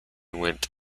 went